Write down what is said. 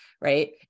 Right